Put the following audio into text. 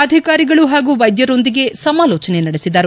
ಅಧಿಕಾರಿಗಳು ಹಾಗೂ ವೈದ್ಯರೊಂದಿಗೆ ಸಮಾಲೋಚನೆ ನಡೆಸಿದರು